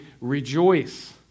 Rejoice